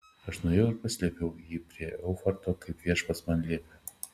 aš nuėjau ir paslėpiau jį prie eufrato kaip viešpats man liepė